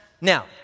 Now